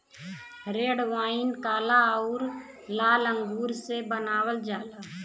red wine काला आउर लाल अंगूर से बनावल जाला